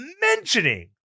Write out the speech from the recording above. mentioning